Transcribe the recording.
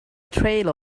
trail